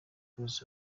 cruz